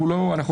אנחנו לא לבד.